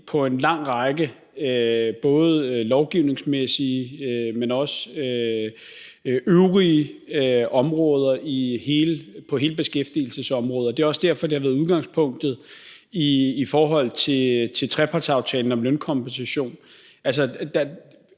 på en lang række lovgivningsmæssige områder, men også på øvrige områder på hele beskæftigelsesområdet. Det er også derfor, at det har været udgangspunktet i forhold til trepartsaftalen om lønkompensation.